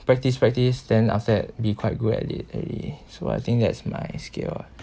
practise practise then after that be quite good at it already so I think that's my skill ah